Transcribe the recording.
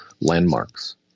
landmarks